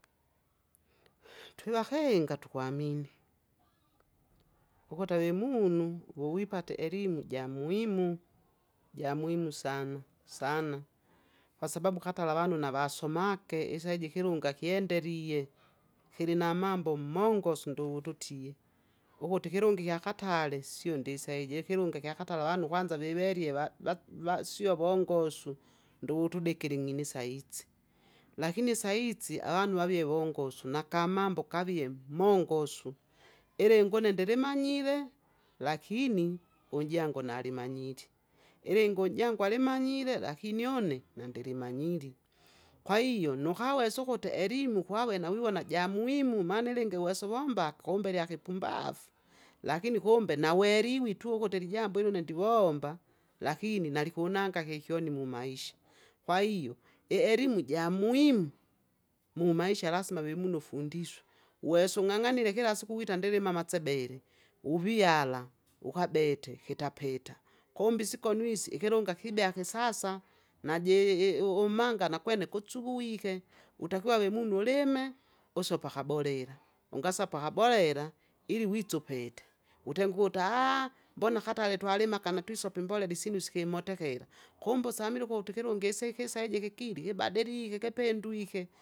Twivakinga tukwamini, ukuta vemunu wuwipate elimu jimuimu, jamuimu sana sana, kwasababu katala avanu navasomage isaiji ikilunga kyendelie, kilinamabo mongosu ndututie. Ukuti ikilungi kyakatare sio ndisa iji, ikilungi kyakatare avanu kwanza vivelie va- vas- vasio vongosu, ndoutudikili ing'ini saitsi, lakini saizi vanu vavie vongosu nakamambbo kavie mongosu. Ilingi une ndilimanyire! lakini unjangu nalimanyiri. Ilingi umjangu alimanyire lakini une nadilimanyiri. Kwahiyo nukawesa ukuti elimu kwawe nawiwona jamuhimu maana ilingi uwesa uwombake kumbe lyakipumbafu, lakini kumbe naweliwi tu ukuti ilijmbo ili une ndivomba! lakini nalikunanga kikyoni mumaisha. Kwahiyo, ielimu jamuimu mumaisha lasima vimunu ufundiswe, uwese ung'ang'anile kila siku wita ndilima amasebele, uvyala, ukabete kitpita. Kumbe isikonu isi ikilunga kibea kisasa, nji- i u- umangana kwene kutsuwuwike, utakiwa wemunu ulime, usope akabolela, ungasapa ababolela, ili uwise upete, wutenge ukuti mbona katale twalimaka natwisope imbolela isyinu sikimotemotekera. Kumbe usamile ukuti ikilungi isi kila iji kikili kibadilike kipindwike.